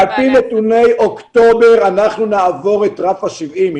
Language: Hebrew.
על פי נתוני אוקטובר אנחנו נעבור את רף ה-70 אחוזים.